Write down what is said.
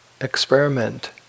Experiment